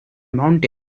mountain